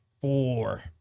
four